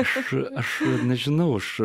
aš aš nežinau aš